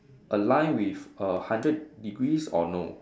a line with a hundred degrees or no